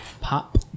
pop